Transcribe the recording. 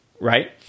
right